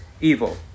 evil